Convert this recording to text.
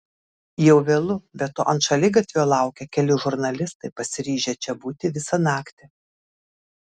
jau vėlu be to ant šaligatvio laukia keli žurnalistai pasiryžę čia būti visą naktį